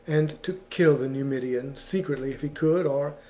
and to kill the numidian, secretly if he could or,